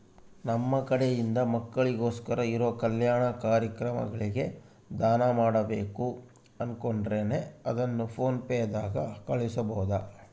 ನಮ್ಮ ಕಡೆಯಿಂದ ಮಕ್ಕಳಿಗೋಸ್ಕರ ಇರೋ ಕಲ್ಯಾಣ ಕಾರ್ಯಕ್ರಮಗಳಿಗೆ ದಾನ ಮಾಡಬೇಕು ಅನುಕೊಂಡಿನ್ರೇ ಅದನ್ನು ಪೋನ್ ಪೇ ದಾಗ ಕಳುಹಿಸಬಹುದಾ?